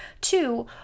two